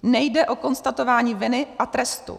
Nejde o konstatování viny a trestu.